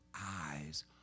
eyes